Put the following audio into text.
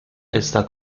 está